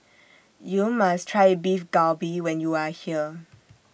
YOU must Try Beef Galbi when YOU Are here